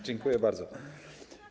Dziękuję bardzo.